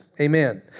Amen